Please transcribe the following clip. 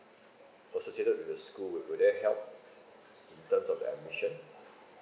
associated with the school will will help in terms of the admission